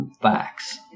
facts